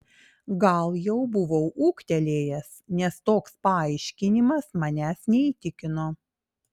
gal jau buvau ūgtelėjęs nes toks paaiškinimas manęs neįtikino